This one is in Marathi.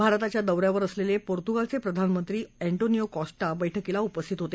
भारताच्या दौऱ्यावर असलेले पोर्तुगालचे प्रधानमंत्री एण्टोनिओ कॉस्टा बर्क्कीत उपस्थित होते